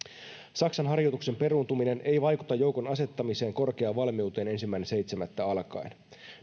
saksan harjoituksen peruuntuminen ei vaikuta joukon asettamiseen korkeaan valmiuteen ensimmäinen seitsemättä alkaen